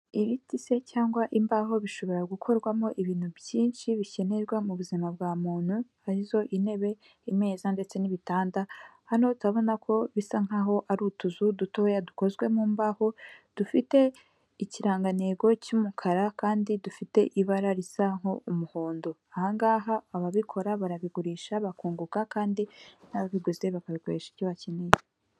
Ibiti se cyangwa imbaho bishobora gukorwamo ibintu byinshi bikenerwa mu buzima bwa muntu arizo intebe, imeza ndetse n'ibitanda hano turabona ko bisa nk'aho ari utuzu dutoya dukozwe mu mbaho dufite ikirangantego cy'umukara kandi dufite ibara risa nk'umuhondo ahangaha ababikora barabigurisha bakunguka kandi n'ababiguze bakabikoresha ibyo bakeneye.